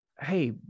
Hey